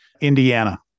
Indiana